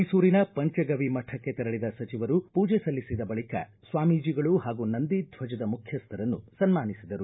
ಮೈಸೂರಿನ ಪಂಚಗವಿ ಮಠಕ್ಕೆ ತೆರಳದ ಸಚಿವರು ಪೂಜೆ ಸಲ್ಲಿಸಿದ ಬಳಿಕ ಸ್ನಾಮೀಜಿಗಳು ಹಾಗೂ ನಂದಿ ಧ್ವಜದ ಮುಖ್ಯಸ್ಥರನ್ನು ಸನ್ಮಾನಿಸಿದರು